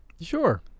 Sure